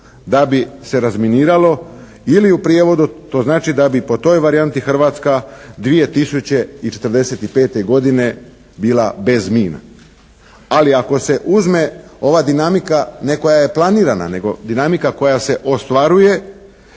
da bi se razminiralo ili u prijevodu to znači da bi po toj varijanti Hrvatska 2045. godine bila bez mina. Ali ako se uzme ova dinamika ne koja je planirana nego dinamika koja se ostvaruje,